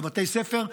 בבתי ספר,